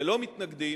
ללא מתנגדים,